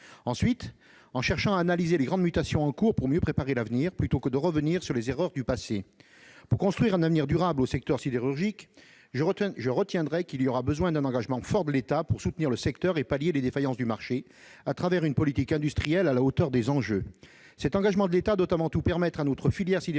ensuite en cherchant à analyser les grandes mutations en cours pour mieux préparer l'avenir, plutôt que de revenir sur les erreurs du passé. Afin de construire un avenir durable pour le secteur sidérurgique, je retiendrai qu'un engagement fort de l'État sera nécessaire pour soutenir ce dernier et pallier les défaillances du marché, à travers une politique industrielle à la hauteur des enjeux. Cet engagement de l'État doit avant tout permettre à notre filière sidérurgique